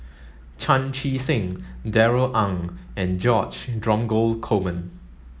Chan Chee Seng Darrell Ang and George Dromgold Coleman